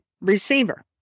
receiver